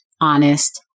honest